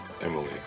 Emily